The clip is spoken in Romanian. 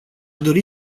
dori